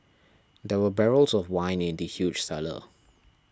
there were barrels of wine in the huge cellar